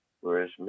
Whereas